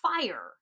fire